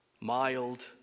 Mild